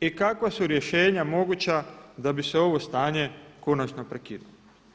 i kakva su rješenja moguća da bi se ovo stanje konačno prekinulo.